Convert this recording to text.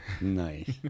Nice